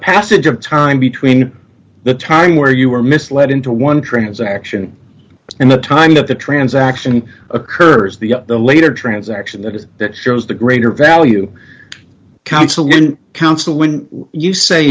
passage of time between the time where you were misled into one transaction and the time that the transaction occurs the later transaction that that shows the greater value councilmen counsel when you say